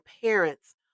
parents